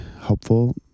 helpful